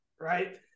right